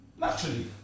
Naturally